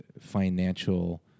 financial